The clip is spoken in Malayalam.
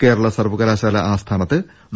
കേരള സർവകലാശാലാ ആസ്ഥാനത്ത് ഡോ